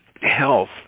health